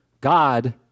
God